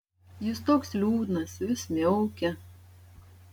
jis toks liūdnas vis miaukia